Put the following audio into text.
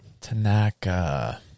Tanaka